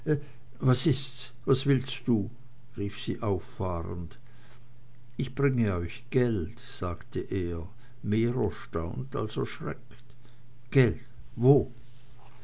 was ist's was willst du rief sie auffahrend ich bringe euch geld sagte er mehr erstaunt als erschreckt geld wo